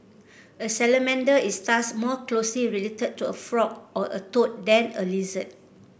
a salamander is thus more closely related to a frog or a toad than a lizard